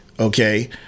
okay